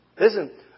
listen